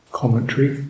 commentary